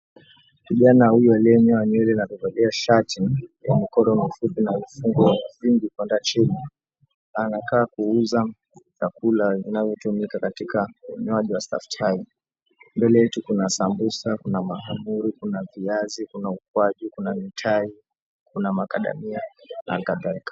Kijana huyu aliyenyoa nywele na kuvalia shati yenye mikono mifupi na vifungo vyingi kuenda chini anakaa kuuza vyakula vinavyotumika katika unywaji wa staftahi mbele yetu kuna sambusa, kuna mahamri, kuna viazi, kuna ukwaju, kuna mitai, kuna makadamia na kadhalika.